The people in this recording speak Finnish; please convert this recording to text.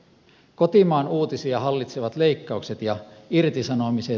kotimaan uutisia hallitsevat leikkaukset ja irtisanomiset